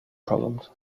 problems